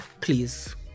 Please